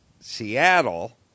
Seattle